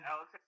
Alex